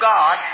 God